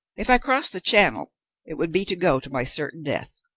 if i crossed the channel it would be to go to my certain death.